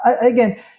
again